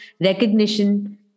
recognition